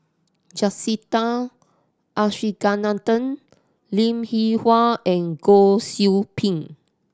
Jacintha Abisheganaden Linn In Hua and Goh Qiu Bin